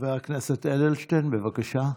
חבר הכנסת אדלשטיין, בבקשה.